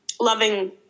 loving